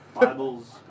Bibles